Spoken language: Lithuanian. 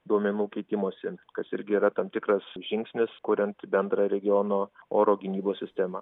duomenų keitimosi kas irgi yra tam tikras žingsnis kuriant bendrą regiono oro gynybos sistemą